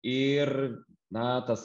ir na tas